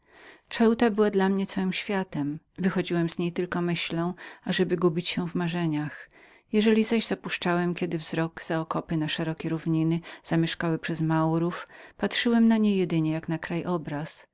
ceuta była dla mnie całym światem wychodziłem z niej tylko myślą ażeby gubić się w marzeniach jeżeli zaś zapuszczałem kiedy wzrok za okopy na szerokie płaszczyzny zamieszkane przez maurów zapatrywałem się na nie jedynie jako krajobraz